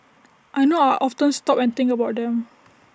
I know I'll often stop and think about them